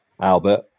Albert